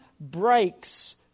breaks